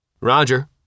Roger